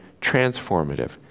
transformative